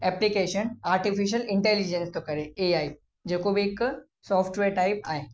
application artificial intelligence थो करे AI जेको बि हिकु सॉफ्टवेयर टाइप आहे